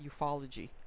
ufology